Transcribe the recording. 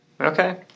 Okay